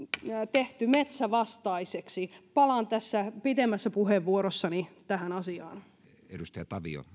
tehty metsävastaiseksi palaan pitemmässä puheenvuorossani tähän asiaan